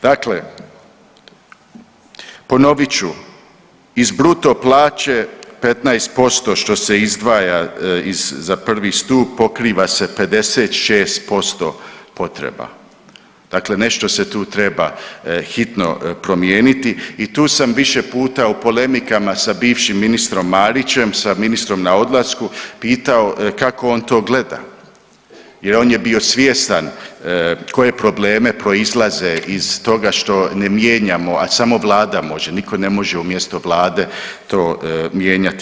Dakle, ponovit ću iz bruto plaće 15% što se izdvaja za 1. stup pokriva se 56% potreba, dakle nešto se tu treba hitno promijeniti i tu sam više puta u polemikama sa bivšim ministrom Marićem, sa ministrom na odlasku pitao kako on to gleda jer on je bio svjestan koje problemi proizlaze iz toga što ne mijenjamo, a samo vlada može niko ne može umjesto vlade to mijenjati.